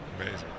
Amazing